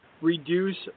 reduce